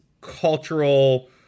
cultural